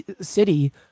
city